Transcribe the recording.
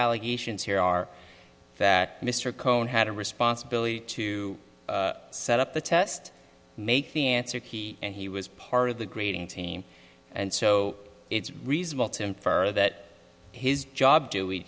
allegations here are that mr cohn had a responsibility to set up the test make the answer he and he was part of the grading team and so it's reasonable to infer that his job doing